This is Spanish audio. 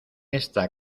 esta